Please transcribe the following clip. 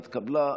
היא התקבלה.